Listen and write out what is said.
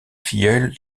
filleul